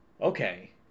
okay